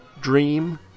Dream